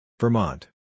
Vermont